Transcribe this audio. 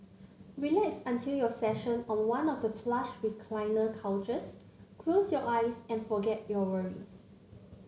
relax until your session on one of the plush recliner couches close your eyes and forget your worries